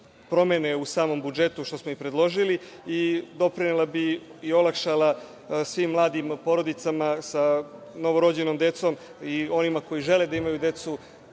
promene u samom budžetu, što smo i predložili i doprinela bi i olakšala svim mladim u porodicama sa novorođenom decom i onima koji žele da imaju decu,